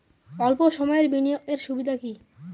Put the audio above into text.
অল্প সময়ের বিনিয়োগ এর সুবিধা কি?